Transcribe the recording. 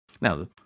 Now